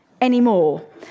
anymore